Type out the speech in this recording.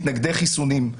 מתנגדי חיסונים.